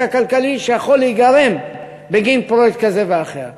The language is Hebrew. הכלכלי שיכול להיגרם בגין פרויקט כזה ואחר.